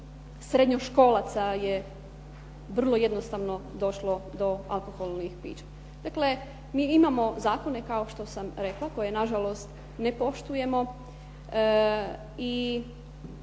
srednjoškolaca je vrlo jednostavno došlo do alkoholnih pića. Dakle, mi imamo zakone kao što sam rekla koje na žalost ne poštujemo i